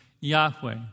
Yahweh